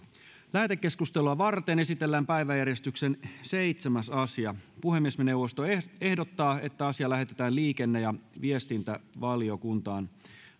lähetekeskustelua varten esitellään päiväjärjestyksen seitsemäs asia puhemiesneuvosto ehdottaa että asia lähetetään liikenne ja viestintävaliokuntaan